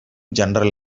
general